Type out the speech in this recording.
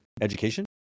education